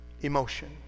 emotion